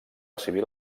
civil